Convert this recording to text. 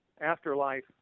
afterlife